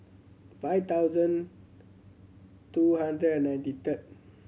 five thousand two hundred and ninety third